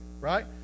right